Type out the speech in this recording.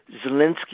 Zelensky